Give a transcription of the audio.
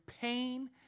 pain